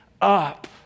up